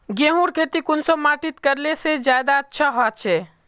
गेहूँर खेती कुंसम माटित करले से ज्यादा अच्छा हाचे?